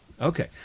Okay